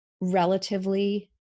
relatively